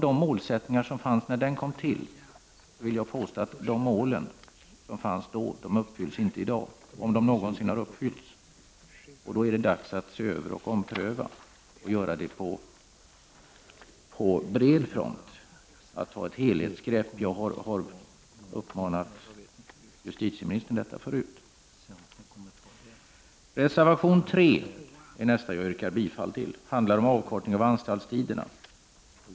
De mål som sattes upp när reformen kom till uppfylls inte i dag — om de någonsin har uppfyllts — och då är det dags att se över och ompröva på bred front, att ta ett helhetsgrepp. Jag har tidigare uppmanat justitieministern att göra detta. Reservation 3, som jag yrkar bifall till, handlar om avkortning av anstaltstiden.